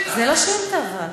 זה לא שאילתה זה לא שאילתה אבל.